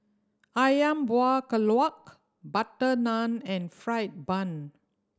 Ayam Buah Keluak butter naan and fried bun